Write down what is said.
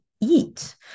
eat